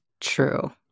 True